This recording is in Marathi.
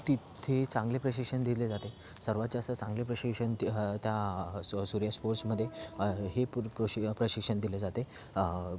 तिथे चांगले प्रशिक्षण दिले जाते सर्वात जास्त चांगले प्रशिक्षण ते त्या सूर्या स्पोर्ट्समध्ये हे पर प्रशि प्रशिक्षण दिले जाते